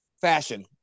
fashion